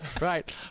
Right